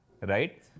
right